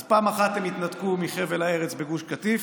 אז פעם אחת הם התנתקו מחבל הארץ בגוש קטיף,